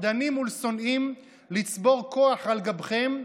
לפחדנים ולשונאים לצבור כוח על גבכם,